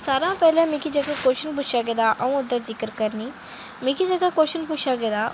सारें शा पैह्लें मिगी जेह्का क्वश्चन पुच्छेआ गेदा ऐ अ'ऊं ओह्दा जिक्र करनी मिगी जेह्का क्वश्चन पुच्छेआ गेदा